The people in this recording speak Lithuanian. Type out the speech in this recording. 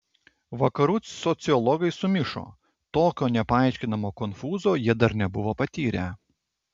vakarų sociologai sumišo tokio nepaaiškinamo konfūzo jie dar nebuvo patyrę